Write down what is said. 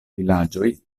vilaĝoj